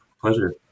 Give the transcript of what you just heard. Pleasure